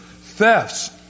thefts